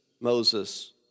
Moses